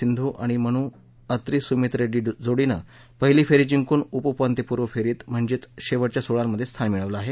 सिंधू आणि मनू अत्री सुमीत रेङ्डी जोडीनं पहिली फेरी जिंकून उपउपांत्यपूर्व फेरीत म्हणजेच शेवटच्या सोळांमध्ये स्थान मिळवलं आहे